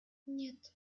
нет